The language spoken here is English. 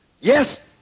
Yes